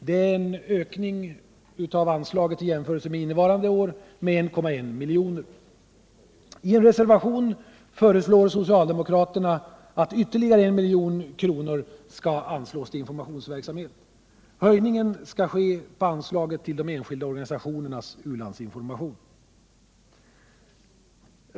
Det är en ökning av anslaget i jämförelse med innevarande år på 1,1 milj.kr. Socialdemokraterna föreslår i en reservation ytterligare 1 milj.kr. till informationsverksamhet. Höjningen skall ske på anslaget till enskilda organisationers u-landsinformation.